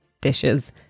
dishes